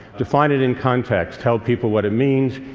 define it in context. tell people what it means.